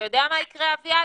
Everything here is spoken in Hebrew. אתה יודע מה יקרה, אביעד?